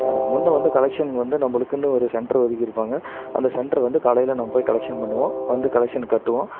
முன்னே வந்து கலெக்ஷன் வந்து நம்மளுக்குனு ஒரு சென்ட்ரு ஒதுக்கிருப்பாங்க அந்த சென்ட்ரு வந்து காலையில் நம்ம போய் கலெக்ஷன் பண்ணுவோம் வந்து கலெக்ஷன் கட்டுவோம்